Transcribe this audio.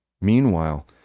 Meanwhile